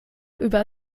über